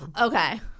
Okay